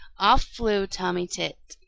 off flew tommy tit.